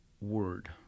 word